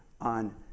on